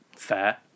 Fair